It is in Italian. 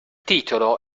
titolo